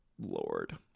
Lord